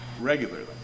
regularly